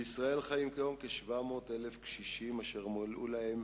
בישראל חיים כיום כ-700,000 קשישים אשר מלאו להם